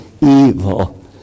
evil